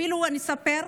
אפילו אספר: